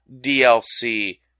DLC